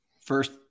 First